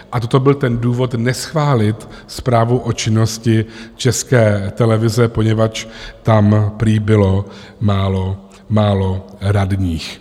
A toto byl ten důvod neschválit zprávu o činnosti České televize, poněvadž tam prý bylo málo radních.